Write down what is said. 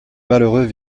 malheureux